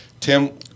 Tim